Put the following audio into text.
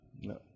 No